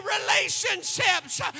relationships